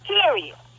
Period